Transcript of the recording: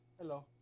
Hello